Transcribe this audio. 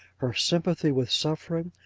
her sympathy with suffering,